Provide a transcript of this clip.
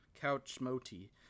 couch-moti